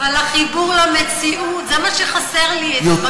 אבל החיבור למציאות, זה מה שחסר לי במפלגה שלך.